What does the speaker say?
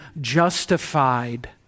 justified